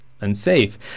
unsafe